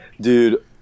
Dude